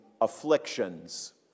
afflictions